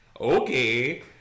okay